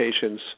patients